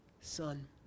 Son